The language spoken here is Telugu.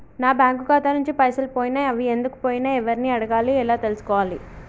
నా బ్యాంకు ఖాతా నుంచి పైసలు పోయినయ్ అవి ఎందుకు పోయినయ్ ఎవరిని అడగాలి ఎలా తెలుసుకోవాలి?